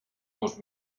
los